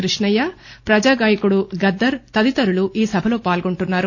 క్రిష్ణయ్య ప్రజా గాయకుడు గద్దర్ తదితరులు ఈ సభలో పాల్గొంటున్నారు